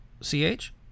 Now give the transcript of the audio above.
C-H